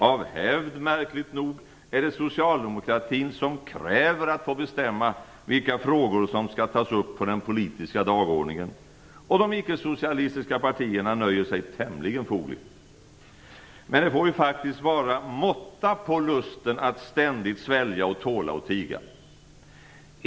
Av hävd, märkligt nog, är det socialdemokratin som kräver att få bestämma vilka frågor som skall tas upp på den politiska dagordningen. De icke-socialistiska partierna nöjer sig med detta tämligen fogligt. Men det får ju faktiskt vara måtta på lusten att ständigt svälja, tåla och tiga.